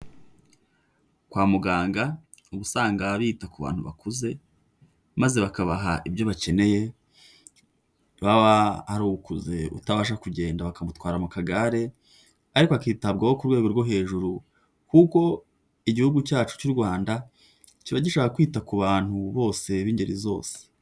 Kwa muganga ubu usanga bita ku bantu bakuze maze bakabaha ibyo bakeneye, baba hari ukuze utabasha kugenda bakamutwara mu kagare, ariko akitabwaho ku rwego rwo hejuru, kuko igihugu cyacu cy'u Rwanda kiba gishaka kwita ku bantu bose b'ingeri zose.